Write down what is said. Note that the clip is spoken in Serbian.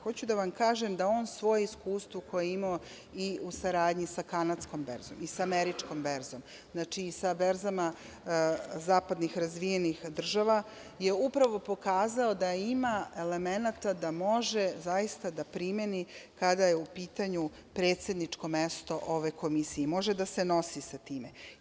Hoću da vam kažem da on svoje iskustvo koje imao i u saradnji sa kanadskom berzom i sa američkom berzom, znači i sa berzama zapadnih razvijenih država je upravo pokazao da ima elemenata da može zaista da primeni kada je u pitanju predsedničko mesto ove komisije i može da se nosi sa time.